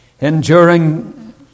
enduring